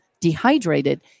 dehydrated